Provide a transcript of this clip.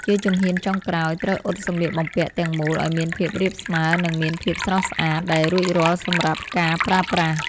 ជាជំហានចុងក្រោយ ត្រូវអ៊ុតសម្លៀកបំពាក់ទាំងមូលឱ្យមានភាពរាបស្មើ និងមានភាពស្រស់ស្អាត ដែលរួចរាល់សម្រាប់ការប្រើប្រាស់។